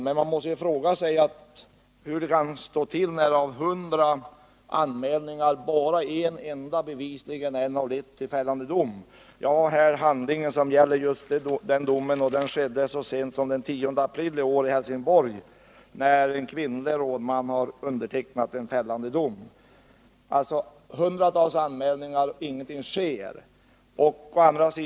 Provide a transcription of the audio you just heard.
Men man måste fråga sig hur det står till när av 100 anmälningar bara en enda bevisligen har lett till fällande dom. Jag har här handlingen som gäller just den domen. Det var så sent som den 10 april i år i Helsingborg som en kvinnlig rådman undertecknade den fällande domen. Det görs alltså hundratals anmälningar utan att någonting sedan sker.